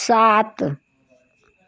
सात